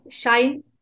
Shine